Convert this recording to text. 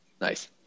Nice